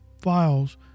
files